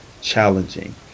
challenging